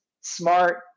smart